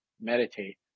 meditate